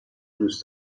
دوست